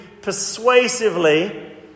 persuasively